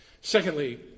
secondly